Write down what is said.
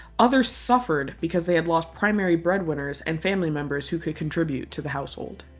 others suffered because they had lost primary breadwinners and family members who could contribute to the household.